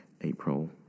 April